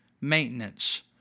maintenance